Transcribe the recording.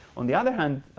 on the other hand,